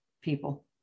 people